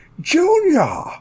Junior